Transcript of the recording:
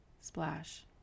splash